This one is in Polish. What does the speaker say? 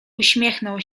uśmiechnął